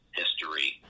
history